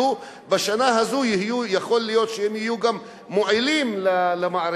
בשנה הזאת יכול להיות שהם יהיו גם מועילים למערכת,